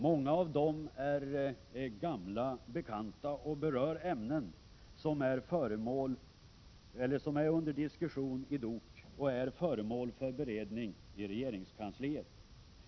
Många av dem är gamla bekanta och berör ämnen som är föremål för beredning i regeringskansliet och under diskussion i DOK.